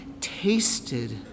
tasted